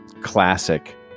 classic